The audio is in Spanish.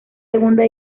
segunda